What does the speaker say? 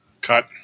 Cut